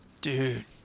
Dude